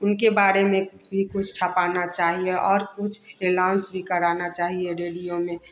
उनके बारे में भी कुछ छपाना चाहिए और कुछ अलाउंस भी कराना चाहिए रेडियो में